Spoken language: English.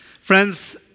Friends